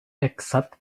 except